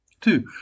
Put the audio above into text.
Two